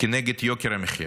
כנגד יוקר המחיה.